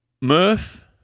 Murph